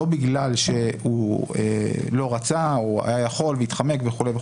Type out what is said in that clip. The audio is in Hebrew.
לא בגלל שהוא לא רצה או היה יכול והתחמק וכולי,